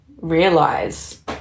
realize